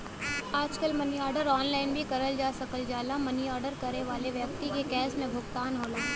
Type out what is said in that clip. आजकल money order online भी करल जा सकल जाला मनी आर्डर करे वाले व्यक्ति के कैश में भुगतान होला